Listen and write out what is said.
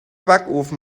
backofen